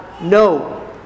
No